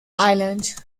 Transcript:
island